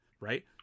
right